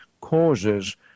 causes